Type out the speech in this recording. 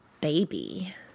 baby